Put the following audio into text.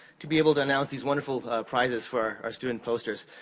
to be able to announce these wonderful prizes for our student posters.